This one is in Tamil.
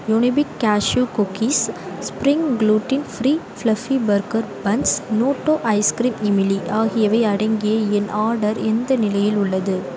Unibic cashew cookies spring gluten free fluffy burger buns Noto ice cream இம்லி ஆகியவை அடங்கிய என் ஆர்டர் எந்த நிலையில் உள்ளது